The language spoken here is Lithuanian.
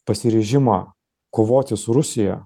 pasiryžimą kovoti su rusija